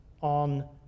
on